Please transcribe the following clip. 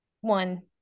one